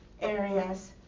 areas